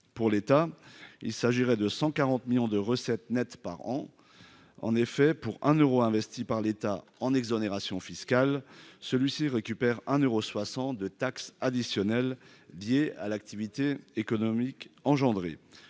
pour l'État, il s'agirait de 140 millions de recettes nettes par an, en effet, pour un Euro investi par l'État en exonération fiscale celui-ci récupère un euros soixante de taxes additionnelles liées à l'activité économique engendré